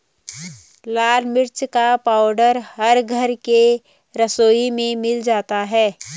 लाल मिर्च का पाउडर हर घर के रसोई में मिल जाता है